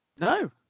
no